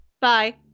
bye